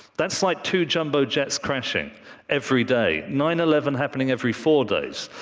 that's like two jumbo jets crashing every day, nine eleven happening every four days.